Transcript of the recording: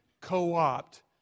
co-opt